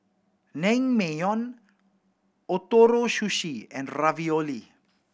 Naengmyeon Ootoro Sushi and Ravioli